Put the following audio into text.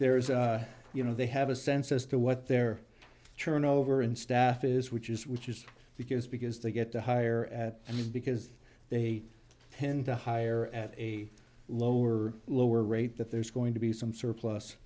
there is you know they have a sense as to what their turn over in staff is which is which is because because they get to hire at i mean because they tend to hire at a lower lower rate that there's going to be some surplus